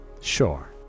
Sure